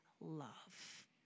love